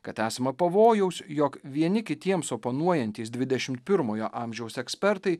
kad esama pavojaus jog vieni kitiems oponuojantys dvidešimt pirmojo amžiaus ekspertai